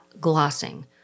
glossing